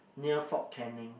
near Fort-Canning